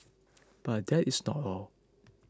but that is not all